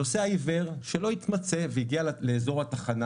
נוסע עיוור שלא התמצא והגיע לאזור התחנה